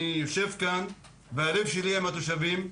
אני יושב כאן והלב שלי עם התושבים,